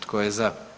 Tko je za?